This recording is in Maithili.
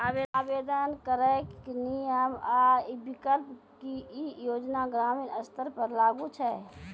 आवेदन करैक नियम आ विकल्प? की ई योजना ग्रामीण स्तर पर लागू छै?